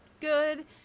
good